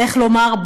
איך לומר,